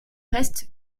reste